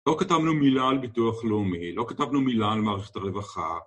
לא כתבנו מילה על ביטוח לאומי, לא כתבנו מילה על מערכת הרווחה